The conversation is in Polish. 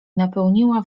napełniła